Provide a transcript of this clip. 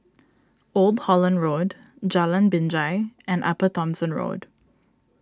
Old Holland Road Jalan Binjai and Upper Thomson Road